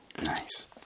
Nice